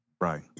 Right